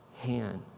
hand